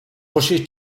rushes